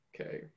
Okay